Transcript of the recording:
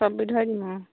চব বিধৰে দিম অঁ